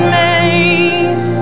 made